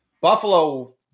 Buffalo